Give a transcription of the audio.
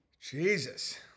Jesus